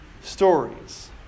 stories